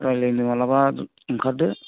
रायलायनो मालाबा ओंखारदो